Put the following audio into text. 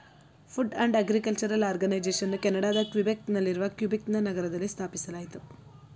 food and agriculture ಆರ್ಗನೈಸೇಷನನ್ನು ಕೆನಡಾದ Quebec ನಲ್ಲಿರುವ ಕ್ಯುಬೆಕ್ ನಗರದಲ್ಲಿ ಸ್ಥಾಪಿಸಲಾಯಿತು